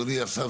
אדוני השר,